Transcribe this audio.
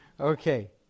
Okay